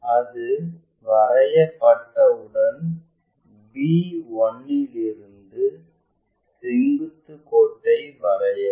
அது வரையப்பட்டவுடன் b 1 இலிருந்து செங்குத்து கோட்டை வரையவும்